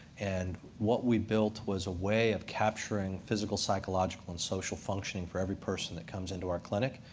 and what we built was a way of capturing physical, psychological, and social functioning for every person that comes into our clinic.